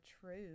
true